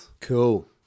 cool